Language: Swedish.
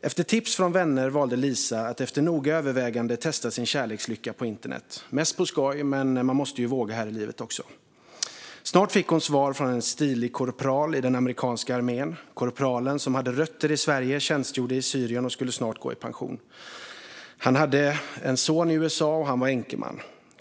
Efter tips från vänner valde Lisa att efter noga övervägande testa sin kärlekslycka på internet. Det var mest på skoj, men man måste ju också våga här i livet. Snart fick hon svar från en stilig korpral i den amerikanska armén. Korpralen, som hade rötter i Sverige, tjänstgjorde i Syrien och skulle snart gå i pension. Han hade en son i USA, och han var änkeman.